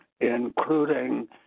including